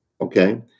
Okay